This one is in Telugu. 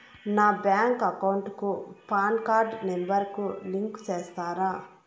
నా బ్యాంకు అకౌంట్ కు పాన్ కార్డు నెంబర్ ను లింకు సేస్తారా?